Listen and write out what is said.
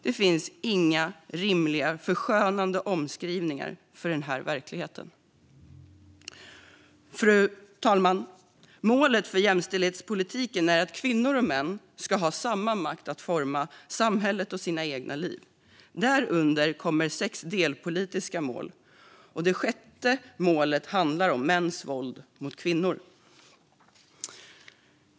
Det finns inga rimliga förskönande omskrivningar för denna verklighet. Fru talman! Målet för jämställdhetspolitiken är att kvinnor och män ska ha samma makt att forma samhället och sina egna liv. Därunder kommer sex delpolitiska mål, och det sjätte målet handlar om mäns våld mot kvinnor.